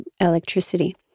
electricity